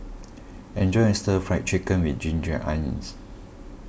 enjoy your Stir Fried Chicken with Ginger Onions